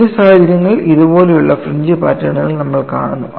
ചില സാഹചര്യങ്ങളിൽ ഇതുപോലുള്ള ഫ്രിഞ്ച് പാറ്റേണുകൾ നമ്മൾ കാണുന്നു